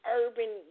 urban